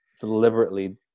deliberately